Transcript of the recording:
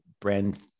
brand